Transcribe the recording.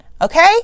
Okay